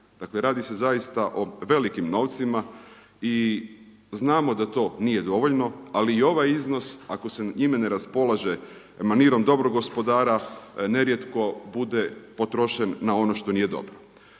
radi se zaista o velikim novcima i znamo da to nije dovoljno, ali i ovaj iznos ako se njime ne raspolaže manirom dobrog gospodara nerijetko bude potrošen na ono što nije dobro.